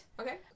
Okay